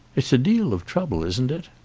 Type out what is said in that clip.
it's a deal of trouble, isn't it?